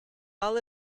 all